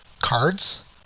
cards